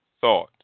thought